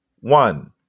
one